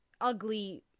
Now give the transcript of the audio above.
ugly